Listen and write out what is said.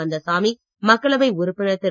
கந்தசாமி மக்களவை உறுப்பினர் திரு